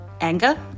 anger